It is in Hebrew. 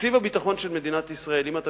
תקציב הביטחון של מדינת ישראל אם אתה